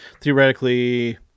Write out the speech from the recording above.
theoretically